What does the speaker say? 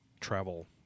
travel